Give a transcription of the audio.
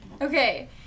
okay